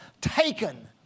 taken